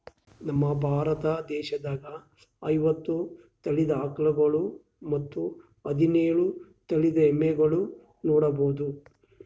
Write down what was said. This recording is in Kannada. ನಮ್ ಭಾರತ ದೇಶದಾಗ್ ಐವತ್ತ್ ತಳಿದ್ ಆಕಳ್ಗೊಳ್ ಮತ್ತ್ ಹದಿನೋಳ್ ತಳಿದ್ ಎಮ್ಮಿಗೊಳ್ ನೋಡಬಹುದ್